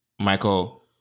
Michael